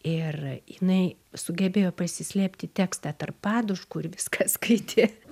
ir jinai sugebėjo pasislėpti tekstą tarp paduškų ir viską skaitė